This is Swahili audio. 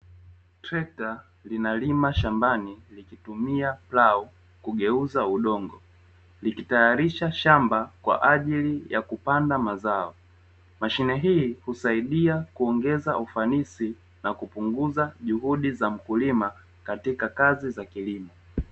Trekta linalima shambani likitumia plau, kugeuza udongo. Likitayarisha shamba, kwa ajili ya kupanda mazao. Mashine hii husaidia kuongeza ufanisi, na kupunguza juhudi za mkulima katika kazi za kilimo.